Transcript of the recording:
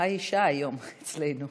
האישה היום אצלנו.